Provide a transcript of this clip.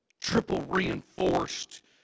triple-reinforced